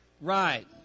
Right